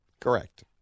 Correct